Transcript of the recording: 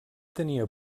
tenia